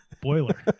boiler